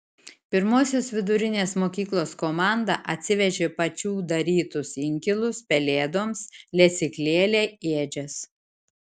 pirmosios vidurinės mokyklos komanda atsivežė pačių darytus inkilus pelėdoms lesyklėlę ėdžias